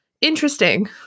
Interesting